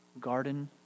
garden